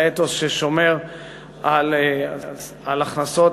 לאתוס ששומר על הכנסות